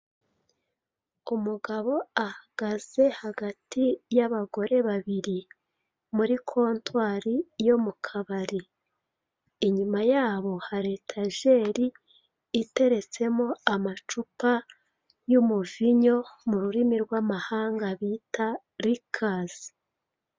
Umugabo ahagaze hagati y'abagore babiri. Muri kontwari yo mu kabari. Inyuma yabo hari etajeri iteretsemo amacupa y'umuvinyo, mu rurimi rw'amahanga bita Rekazi.